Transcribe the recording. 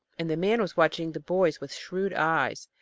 and the man was watching the boys with shrewd eyes.